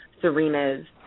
Serena's